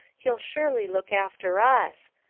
he'll surely look after us.